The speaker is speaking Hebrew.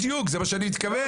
בדיוק זה מה שאני מתכוון.